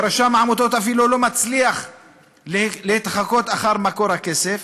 ורשם העמותות אפילו לא מצליח להתחקות אחר מקור הכסף,